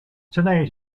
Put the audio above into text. tonight